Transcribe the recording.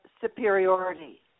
superiority